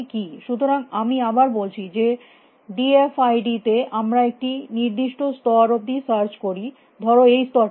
সুতরাং আমি আবার বলছি যে ডি এফ আই ডি তে আমরা একটি নির্দিষ্ট স্তর অবধি সার্চ করি ধর এই স্তরটি অবধি